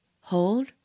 hold